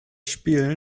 spiel